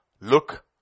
look